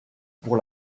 pour